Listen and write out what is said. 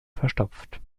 verstopft